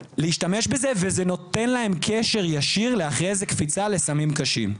וזה נותן להם קשר ישיר לקפיצה אחרי זה לסמים קשים.